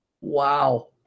Wow